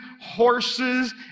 horses